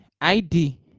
ID